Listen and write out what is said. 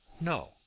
no